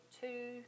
two